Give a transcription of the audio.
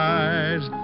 eyes